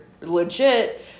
legit